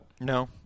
No